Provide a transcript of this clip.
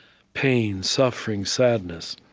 pain, suffering, sadness,